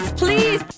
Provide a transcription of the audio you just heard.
please